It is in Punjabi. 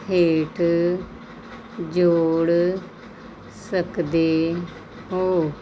ਹੇਠ ਜੋੜ ਸਕਦੇ ਹੋ